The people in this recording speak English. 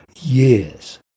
years